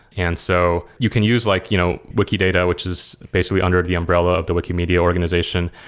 and so you can use like you know wikidata, which is basically under the umbrella of the wikimedia organization.